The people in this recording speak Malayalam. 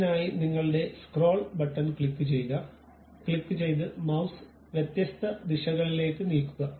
അതിനായി നിങ്ങളുടെ സ്ക്രോൾ ബട്ടൺ ക്ലിക്കുചെയ്യുക ക്ലിക്കുചെയ്ത് മൌസ് വ്യത്യസ്ത ദിശകളിലേക്ക് നീക്കുക